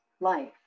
life